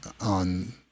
on